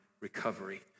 recovery